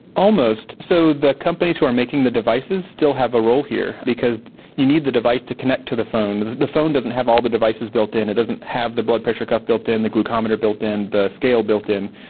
almost. so the companies who are making the devices still have a role here because you need the device to connect to the phone. the the phone doesn't have all the devices built in, it doesn't have the blood pressure cuff built in, the glucometer built in, the scale built in,